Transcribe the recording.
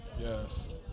Yes